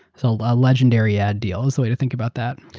so a legendary ad deal is a way to think about that.